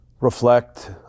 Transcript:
reflect